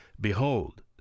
behold